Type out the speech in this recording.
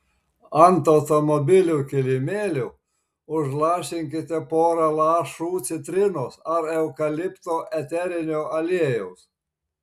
ant automobilių kilimėlių užlašinkite porą lašų citrinos ar eukalipto eterinio aliejaus